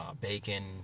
bacon